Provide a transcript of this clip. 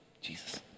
Jesus